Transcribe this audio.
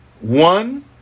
One